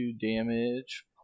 damage